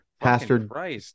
Pastor